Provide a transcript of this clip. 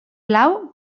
blau